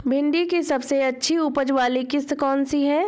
भिंडी की सबसे अच्छी उपज वाली किश्त कौन सी है?